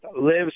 lives